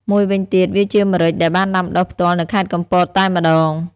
មួយវិញទៀត វាជាម្រេចដែលបានដាំដុះផ្ទាល់នៅខេត្តកំពតតែម្ដង។